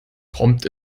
kommt